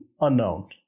unknown